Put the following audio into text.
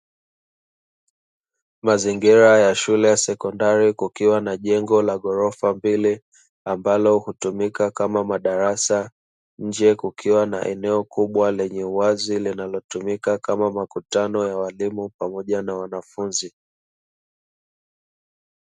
Mazingira ya shule ya sekondari kukiwa na jengo la ghorofa mbele ambalo hutumika kama madarasa nje kukiwa na eneo kubwa lenye uwazi linalotumika kama makutano ya walimu pamoja na wanafunzi.